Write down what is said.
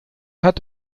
hat